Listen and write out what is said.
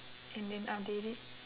and then update it